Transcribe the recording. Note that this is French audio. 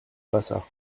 passa